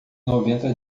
noventa